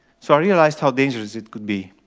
so i realized how dangerous it could be.